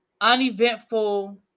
uneventful